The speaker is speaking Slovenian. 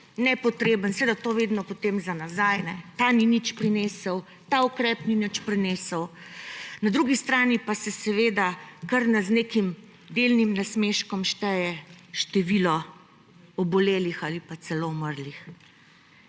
nepotreben … Seveda to vedno potem za nazaj; da ta ni nič prinesel, ta ukrep ni nič prinesel, na drugi strani pa se kar z nekim delnim nasmeškom šteje število obolelih ali pa celo umrlih.